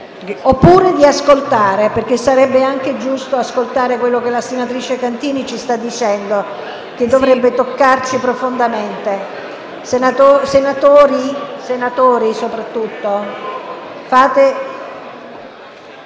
oppure di ascoltare; infatti sarebbe anche giusto ascoltare quello che la senatrice Cantini ci sta dicendo, che dovrebbe toccarci profondamente. Senatrice, la